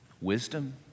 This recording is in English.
Wisdom